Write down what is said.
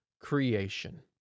creation